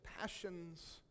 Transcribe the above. passions